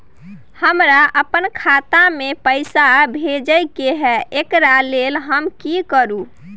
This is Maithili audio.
हमरा अपन खाता में पैसा भेजय के है, एकरा लेल हम की करू?